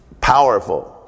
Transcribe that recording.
powerful